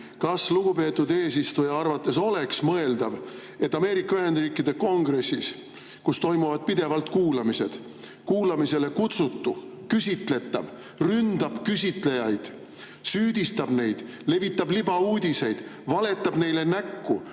Kas lugupeetud eesistuja arvates oleks mõeldav, et Ameerika Ühendriikide Kongressis, kus toimuvad pidevalt kuulamised, kuulamisele kutsutu, küsitletav ründab küsitlejaid, süüdistab neid, levitab libauudiseid, valetab neile näkku